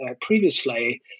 previously